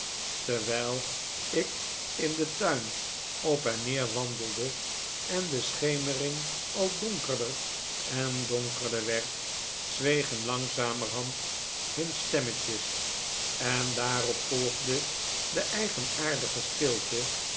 terwijl ik in den tuin op en neer wandelde en de schemering al donkerder en donkerder werd zwegen langzamerhand hun stemmetjes en daarop volgde de eigenaardige stilte